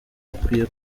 hakwiye